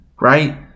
right